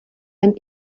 and